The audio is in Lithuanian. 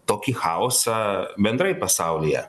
tokį chaosą bendrai pasaulyje